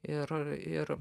ir ir